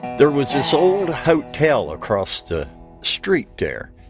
there was this old hotel across the street there,